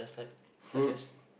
fruit